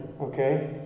okay